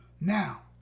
Now